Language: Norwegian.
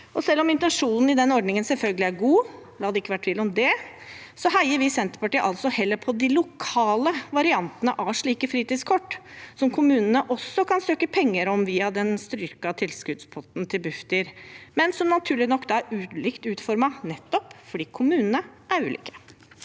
god – la det ikke være tvil om det – heier vi i Senterpartiet heller på de lokale variantene av slike fritidskort, som kommunene også kan søke om penger til via den styrkede tilskuddspotten til Bufdir, men som naturlig nok er ulikt utformet, nettopp fordi kommunene er ulike.